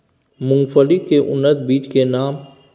मूंगफली के उन्नत बीज के नाम?